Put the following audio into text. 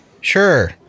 Sure